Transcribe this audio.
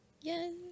Yes